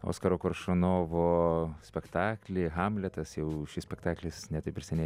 oskaro koršunovo spektakly hamletas jau šis spektaklis ne taip ir seniai